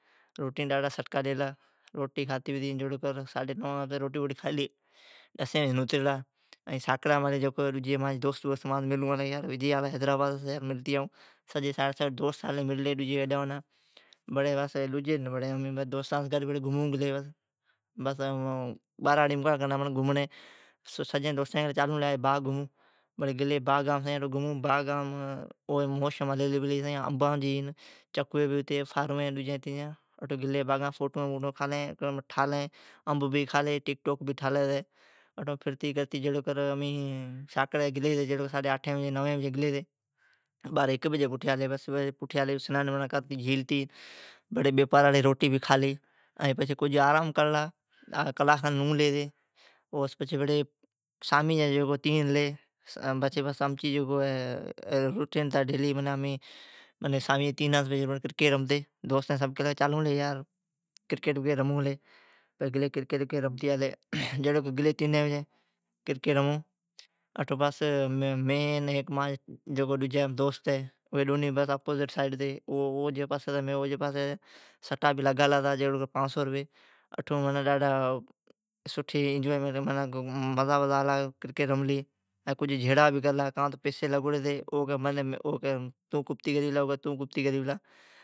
ریلا۔ جھڑوکر ساڈھی نوان تائین روٹی ڈجی کھالی ائین ڈسین بجی نوتی ریلا۔ ساکڑی اسرا جی مانجی دوست مانس ملون آلی یار وجی آلا حیدرآباداس ملتی آئون ھیڈان ھوڈا۔ ائین ڈجی ڈن بڑی دوستا بھیڑی گھمون جائون۔ دوستین کیلی چالون لی باغ گھمون۔ باغام سائین موسم ھلیلی پلی انبان جی چکوی بھی ھتی فاروین ڈجین تیجین۔ گلی باغام فوٹوین ٹھالی ھتین ٹک ٹوک بھی تھالی ھتی۔ ساکڑا مالی گلی ھتی ائین ھکی بجی پوٹھی آلی جھیللی کرلی راٹی کھالی ائین آرام کرلا۔ امچا سامیجی تینی بجی کرکیٹ رمڑین جا روٹین ھتا، دوستین کیلی چالون لی کرکیٹ رمون لی۔ مانجی دوست ھتی امین ڈونی اپوزٹ سائیڈ ھتی ائین سٹا بھی لگالا ھتا پانچ سئو روپئی۔ ڈاڈھا مرا بھی آلا ائین جھڑا بھی کرلا کان تو پیسی لگوڑی ھتی او کی تون کپتی کری پلا او کی تون کپتی کری پلا